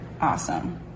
awesome